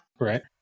Right